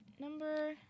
Number